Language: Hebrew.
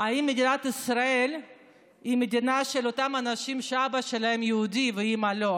אם מדינת ישראל היא מדינה של אותם אנשים שהאבא שלהם יהודי והאימא לא.